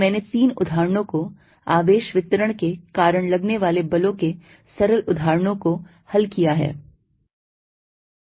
तो मैंने तीन उदाहरणों को आवेश वितरण के कारण लगने वाले बलों के सरल उदाहरणों को हल किया हैं